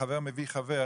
חבר מביא חבר,